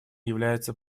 является